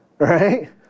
Right